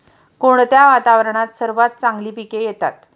कोणत्या वातावरणात सर्वात चांगली पिके येतात?